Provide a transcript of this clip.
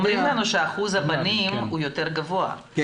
--- אומרים לנו שאחוז הבנים הוא יותר גבוה,